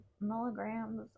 milligrams